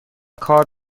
کار